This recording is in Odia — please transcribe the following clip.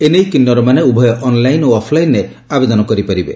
ଏ ନେଇ କିନୁରମାନେ ଉଭୟ ଅନଲାଇନ ଓ ଅଫ୍ଲାଇନରେ ଆବେଦନ କରିପାରିବେ